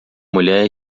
mulher